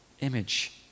image